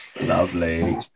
Lovely